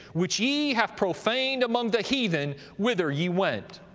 which ye have profaned among the heathen, whither ye went.